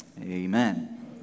amen